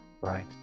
right